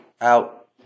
out